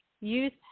youth